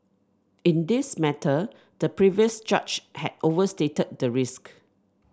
in this matter the previous judge had overstated the risk